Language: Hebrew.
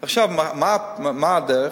עכשיו, מה הדרך?